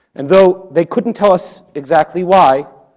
and though they couldn't tell us exactly why,